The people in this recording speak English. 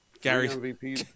Gary